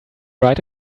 right